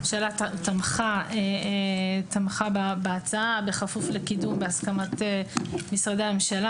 הממשלה תמכה בהצעה בכפוף לקידום בהסכמת משרדי הממשלה,